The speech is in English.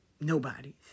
Nobody's